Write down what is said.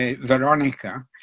Veronica